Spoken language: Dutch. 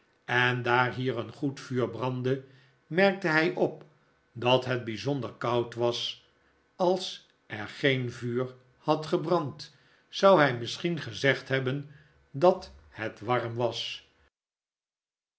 en daar hier een goed vuur brandde merkte hij op dat het bijzonder koud was als er geen vuur had gebrand zou hij misschien gezegd hebben dat het warm was